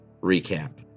recap